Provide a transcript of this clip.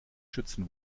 schützen